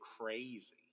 crazy